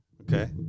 Okay